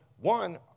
one